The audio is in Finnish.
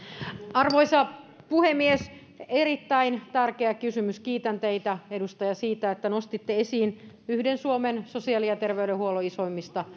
arvoisa puhemies erittäin tärkeä kysymys kiitän teitä edustaja siitä että nostitte esiin yhden suomen sosiaali ja terveydenhuollon isoimmista